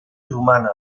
romana